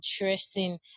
interesting